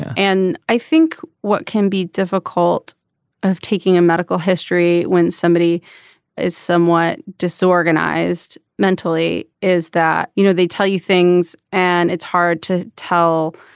and i think what can be difficult of taking a medical history when somebody is somewhat disorganized mentally is that you know they tell you things and it's hard to tell